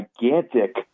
gigantic